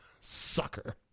Sucker